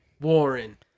Warren